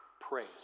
praise